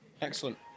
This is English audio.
excellent